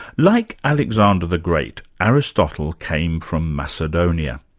like alexander the great, aristotle came from macedonia.